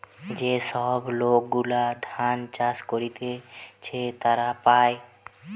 যে সব লোক গুলা ধান চাষ করতিছে তারা পায়